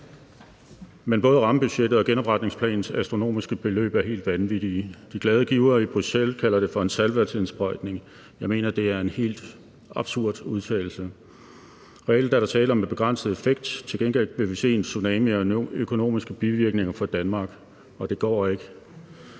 men både rammebudgettet og genopretningsplanens astronomiske beløb er helt vanvittige. De glade givere i Bruxelles kalder det for en saltvandsindsprøjtning. Jeg mener, det er en helt absurd udtalelse. Reelt er der tale om en begrænset effekt. Til gengæld vi vil se en tsunami af økonomiske bivirkninger for Danmark, og det går ikke,